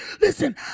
listen